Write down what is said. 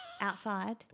Outside